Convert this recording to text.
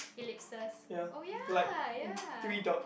ellipses oh ya ya